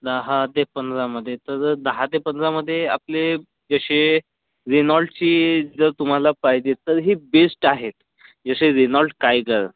दहा ते पंधरामध्ये तर दहा ते पंधरामध्ये आपले जसे रेनॉल्डची जर तुम्हाला पाहिजे तर ही बेस्ट आहे जसे रेनॉल्ड कायगर